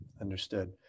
understood